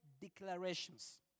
declarations